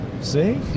see